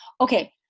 Okay